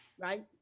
right